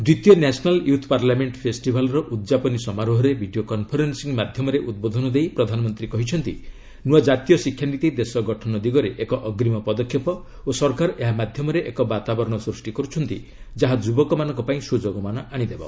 ଦ୍ୱିତୀୟ national youth parliament ଫେଷ୍ଟିଭାଲର ଉଦ୍ଯାପନୀ ସମାରୋହରେ ଭିଡ଼ିଓ କନ୍ଫରେନ୍ଦିଂ ମାଧ୍ୟମରେ ଉଦ୍ବୋଧନ ଦେଇ ପ୍ରଧାନମନ୍ତ୍ରୀ କହିଛନ୍ତି ନୂଆ ଜାତୀୟ ଶିକ୍ଷାନୀତି ଦେଶଗଠନ ଦିଗରେ ଏକ ଅଗ୍ରୀମ ପଦକ୍ଷେପ ଓ ସରକାର ଏହା ମାଧ୍ୟମରେ ଏକ ବାତାବରଣ ସୃଷ୍ଟି କରୁଛନ୍ତି ଯାହା ଯୁବକମାନଙ୍କ ପାଇଁ ସ୍ୱଯୋଗମାନ ଆଣିଦେବ